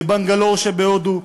בבנגלור שבהודו.